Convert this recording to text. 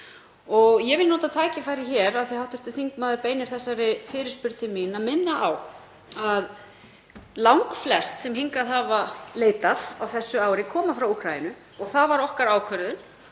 Ég vil nota tækifærið hér af því að hv. þingmaður beinir þessari fyrirspurn til mín til að minna á að langflest sem hingað hafa leitað á þessu ári koma frá Úkraínu og það var okkar ákvörðun